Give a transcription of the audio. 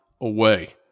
away